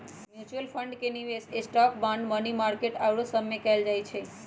mutual fund के निवेश stock, bond, money market आउरो सभमें कएल जाइ छइ